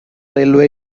railway